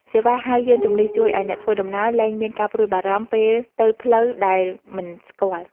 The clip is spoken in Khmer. សេវាហៅយានជំនិះ ជួយឱ្យអ្នកធ្វើដំណើរលែងមានការព្រួយបារម្ភពេលទៅផ្លូវដែលមិនស្គាល់។